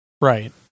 Right